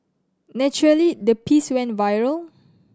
naturally the piece went viral